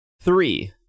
three